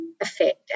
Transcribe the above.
effect